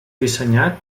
dissenyat